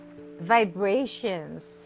vibrations